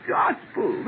gospel